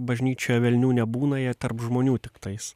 bažnyčioje velnių nebūna jie tarp žmonių tiktais